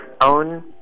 own